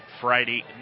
Friday